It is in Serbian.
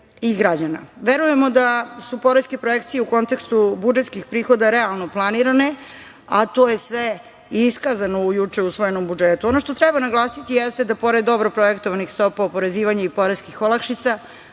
građana. Verujemo da su poreske projekcije u kontekstu budžetskih prihoda realno planirane, a to je sve i iskazano u juče usvojenom budžetu. Ono što treba naglasiti jeste da pored dobro projektovanih stopa oporezivanja i poreskih olakšica,